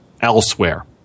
elsewhere